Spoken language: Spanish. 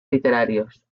literarios